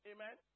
Amen